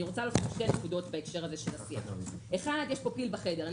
שתי נקודות: אחת, יש פה פיל בחדר.